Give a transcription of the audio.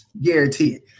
Guaranteed